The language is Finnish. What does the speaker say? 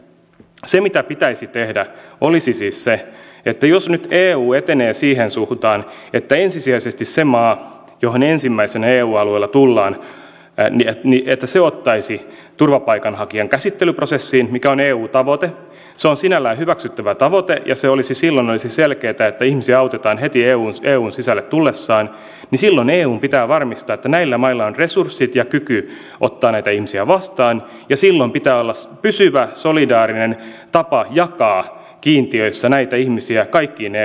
se mitä pitäisi tehdä olisi siis se että jos nyt eu etenee siihen suuntaan että ensisijaisesti se maa johon ensimmäisenä eu alueella tullaan ottaisi turvapaikanhakijan käsittelyprosessiin mikä on eun tavoite sinänsä hyväksyttävä tavoite ja silloin olisi selkeätä että ihmisiä autetaan heti heidän tultuaan eun sisälle niin silloin eun pitää varmistaa että näillä mailla on resurssit ja kyky ottaa näitä ihmisiä vastaan ja silloin pitää olla pysyvä solidaarinen tapa jakaa kiintiöissä näitä ihmisiä kaikkiin eu maihin